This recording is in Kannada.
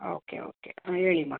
ಓಕೆ ಓಕೆ ಹಾಂ ಹೇಳೀಮ್ಮ